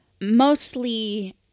mostly